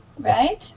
Right